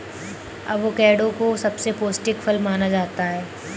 avocado को सबसे पौष्टिक फल माना जाता है